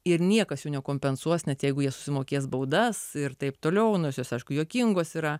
ir niekas jau nekompensuos net jeigu jie susimokės baudas ir taip toliau nors jos aišku juokingos yra